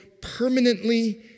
permanently